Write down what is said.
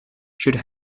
should